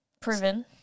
proven